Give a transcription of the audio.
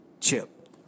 chip